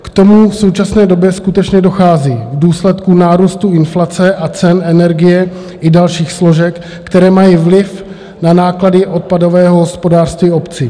K tomu v současné době skutečně dochází v důsledku nárůstu inflace a cen energie i dalších složek, které mají vliv na náklady odpadového hospodářství obcí.